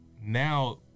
now